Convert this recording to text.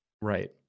right